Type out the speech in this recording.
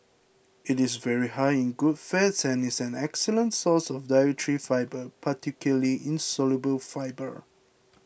it is very high in good fats and is an excellent source of dietary fibre particularly insoluble fibre